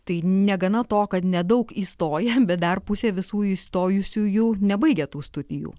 tai negana to kad nedaug įstoja bet dar pusė visų įstojusiųjų nebaigia tų studijų